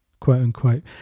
quote-unquote